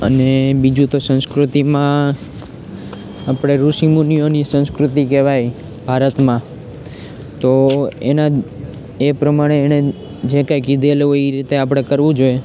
અને બીજું તો સંસ્કૃતિમાં આપણે ઋષિમુનિઓની સંસ્કૃતિ કહેવાય ભારતમાં તો એના એ પ્રમાણે એણે જે કંઈ કીધેલું હોય એ રીતે આપણે કરવું જોઈએ